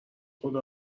خدا